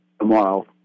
tomorrow